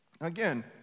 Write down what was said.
Again